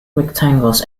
rectangles